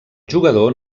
jugador